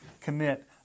commit